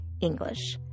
English